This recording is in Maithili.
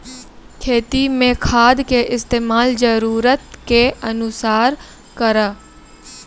खेती मे खाद के इस्तेमाल जरूरत के अनुसार करऽ